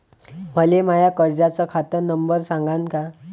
मले माया कर्जाचा खात नंबर सांगान का?